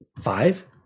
Five